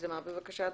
בבקשה.